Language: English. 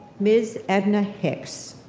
ms. edna hicks.